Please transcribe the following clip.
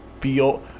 feel